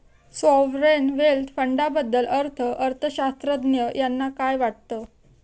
Sovereign wealth फंडाबद्दल अर्थअर्थशास्त्रज्ञ यांना काय वाटतं?